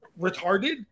retarded